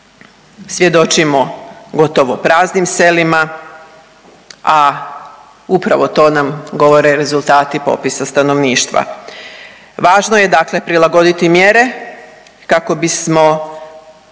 svjedočimo gotovo praznim selima, a upravo to nam govore rezultati popisa stanovništva. Važno je, dakle prilagoditi mjere kako bismo